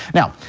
now,